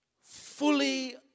fully